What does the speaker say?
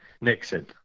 Nixon